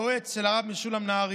יועץ של הרב משולם נהרי,